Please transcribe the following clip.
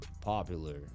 popular